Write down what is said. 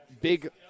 Big